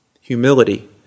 Humility